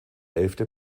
elfte